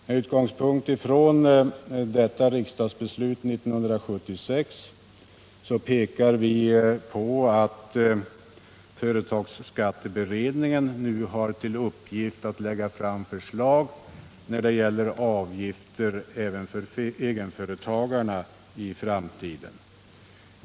Med utgångspunkt i riksdagsbeslutet 1976 pekar vi i utskottet på att företagskatteberedningen nu har till uppgift att lägga fram förslag när det gäller avgifter även för egenföretagarna i framtiden.